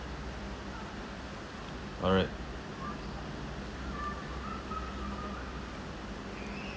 alright